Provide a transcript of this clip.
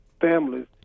families